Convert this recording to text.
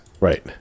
right